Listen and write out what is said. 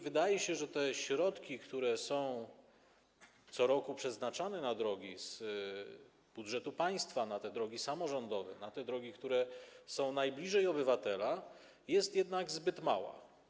Wydaje się, że środki, które co roku są przeznaczane z budżetu państwa na te drogi samorządowe, na te drogi, które są najbliżej obywatela, są jednak zbyt małe.